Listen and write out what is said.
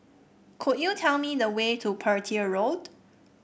could you tell me the way to Petir Road